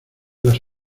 las